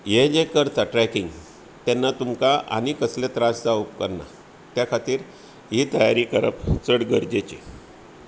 हें जें करता ट्रॅकींग तेन्ना तुमकां आनी कसले त्रास जावं उपकान्ना त्या खातीर ही तयारी करप चड गरजेची